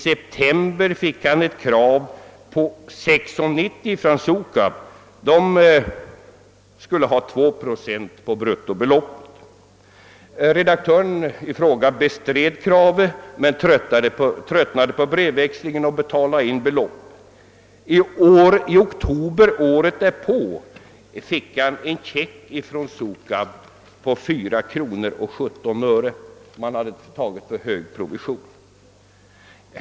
I september fick redaktören ett krav på 6 kronor 90 öre från Sukab, som skulle ha 2 procent på bruttobeloppet. Redaktören i fråga bestred kravet men tröttnade på brevväxlingen och betalade in beloppet. I oktober året därpå fick han en check från Sukab på 4 kronor 17 öre. Man hade uppenbarligen upptäckt att man tagit för hög provision.